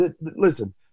listen